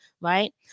right